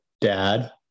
dad